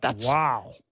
Wow